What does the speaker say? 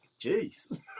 Jeez